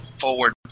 forward